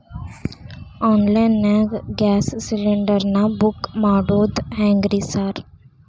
Online ನಾಗ gas cylinder ನಾ book ಮಾಡೋದ್ ಹೆಂಗ್ರಿ ಸಾರ್?